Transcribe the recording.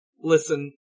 Listen